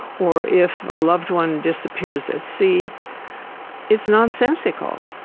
or if a loved one disappears at sea it's nonsensical.